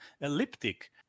elliptic